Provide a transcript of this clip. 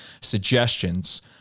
suggestions